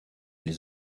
les